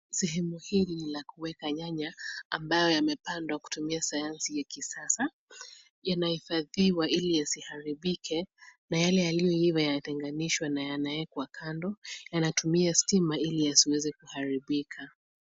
Sehemu hii ni ya kuweka nyanya ambayo yamepandwa kwa kutumia sayansi ya kisasa. Yanahifadhiwa ili yasiharibike na yake yaliyoiva yanatenganishwa na yanawekwa kando. Yanatumia stima ili yasiweze kuharibika.